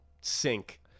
sink